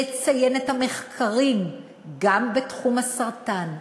לציין את המחקרים גם בתחום הסרטן,